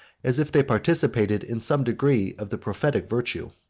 as if they participated in some degree of the prophetic virtue.